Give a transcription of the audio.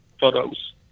photos